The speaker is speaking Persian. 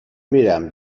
میرم